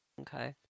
Okay